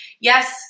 Yes